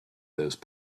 those